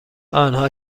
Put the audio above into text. آنها